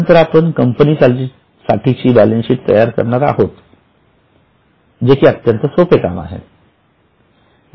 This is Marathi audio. यानंतर आपण कंपनीसाठीची बॅलन्स शीट तयार करणार आहोत जे कि अत्यंत सोपे काम आहे